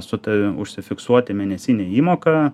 su ta užsifiksuoti mėnesinę įmoką